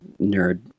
nerd